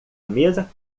mesa